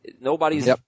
Nobody's